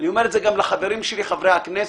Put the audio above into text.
אני אומר זאת גם לחבריי חברי הכנסת.